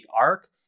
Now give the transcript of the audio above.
arc